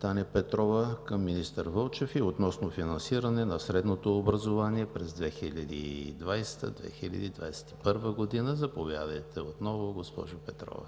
Таня Петрова към министър Вълчев и е относно финансиране на средното образование за 2020 – 2021 г. Заповядайте отново, госпожо Петрова.